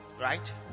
right